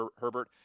Herbert